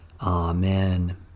Amen